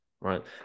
right